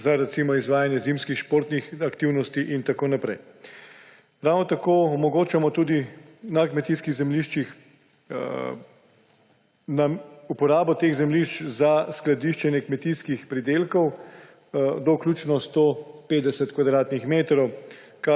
za recimo izvajanje zimskih športnih aktivnosti in tako naprej. Ravno tako omogočamo tudi uporabo kmetijskih zemljiščih za skladiščenje kmetijskih pridelkov do vključno 150 kvadratnih metrov,